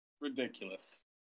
Ridiculous